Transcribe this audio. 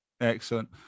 Excellent